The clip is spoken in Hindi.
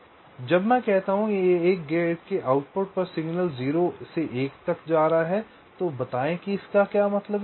इसलिए जब मैं कहता हूं कि एक गेट के आउटपुट पर सिग्नल 0 से 1 तक जा रहा है तो बताएं कि इसका क्या मतलब है